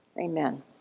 Amen